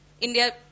India